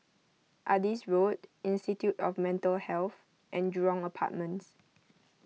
Adis Road Institute of Mental Health and Jurong Apartments